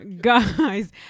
Guys